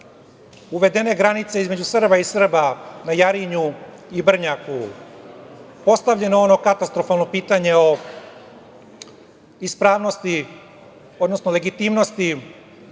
uvedene granice između Srba i Srba na Jarinju i Brnjaku, postavljeno je ono katastrofalno pitanje o ispravnosti, odnosno legitimnosti